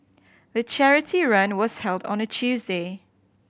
the charity run was held on a Tuesday